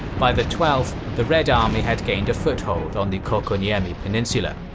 by the twelfth, the red army had gained a foothold on the koukkuniemi peninsula.